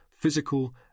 physical